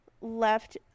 left